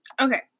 Okay